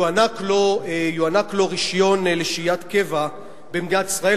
יוענק לו רשיון לשהיית קבע במדינת ישראל,